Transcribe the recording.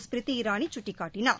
ஸ்மிருதி இரானி சுட்டிக்காட்டினார்